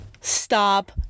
stop